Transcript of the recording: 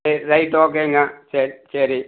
சரி ரைட் ஓகேங்க சரி சரி